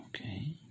okay